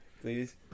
please